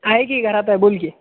आहे की घरात आहे बोल की